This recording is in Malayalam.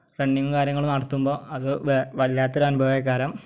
റണ്ണിങ്ങും കാര്യങ്ങളും നടത്തുമ്പോൾ അതു വേ വല്ലാത്തൊരു അനുഭവമായി കാരണം